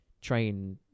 train